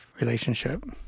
relationship